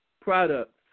products